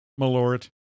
Malort